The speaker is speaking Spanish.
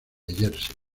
jersey